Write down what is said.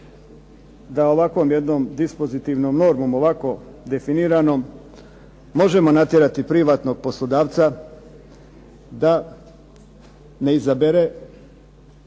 da ovakvom jednom dispozitivnom normom, ovako definiranom možemo natjerati privatnog poslodavca da ne izabere